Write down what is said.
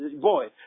boy